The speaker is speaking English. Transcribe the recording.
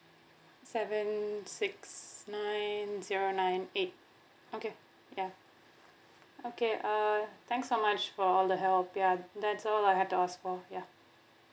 seven six nine zero nine eight okay ya okay uh thanks so much for all the help ya that's all I have to ask for ya